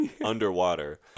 underwater